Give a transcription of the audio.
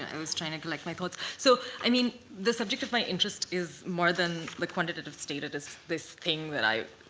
and was trying to collect my thoughts. so i mean, the subject of my interest is more than the quantitative state. it is this thing that i